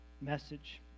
message